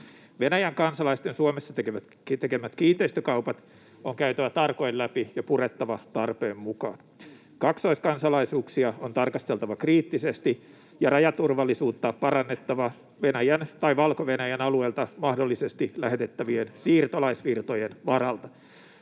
Venäjän kansalaisten Suomessa tekemät kiinteistökaupat on käytävä tarkoin läpi ja purettava tarpeen mukaan. Kaksoiskansalaisuuksia on tarkasteltava kriittisesti ja rajaturvallisuutta parannettava Venäjän tai Valko-Venäjän alueelta mahdollisesti lähetettävien siirtolaisvirtojen varalta.